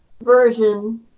version